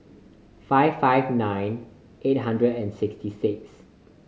five five nine eight six six